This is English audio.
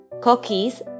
Cookies